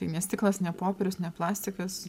tai ne stiklas ne popierius ne plastikas